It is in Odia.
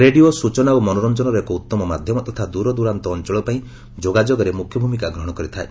ରେଡିଓ ସୂଚନା ଓ ମନୋରଞ୍ଜନର ଏକ ଉତ୍ତମ ମାଧ୍ୟମ ତଥା ଦୂରଦୂରାନ୍ତ ଅଞ୍ଚଳ ପାଇଁ ଯୋଗାଯୋଗରେ ମୁଖ୍ୟ ଭୂମିକା ଗ୍ରହଣ କରିଥାଏ